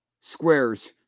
Squares